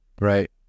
right